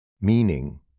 meaning